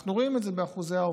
אנחנו רואים את זה באחוזי העוברים,